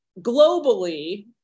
globally